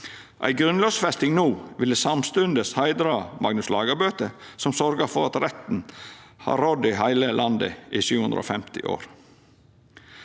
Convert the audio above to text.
Ei grunnlovfesting no ville samstundes heidra Magnus Lagabøte, som sørgde for at retten har rådd i heile landet i 750 år.